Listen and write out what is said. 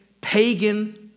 pagan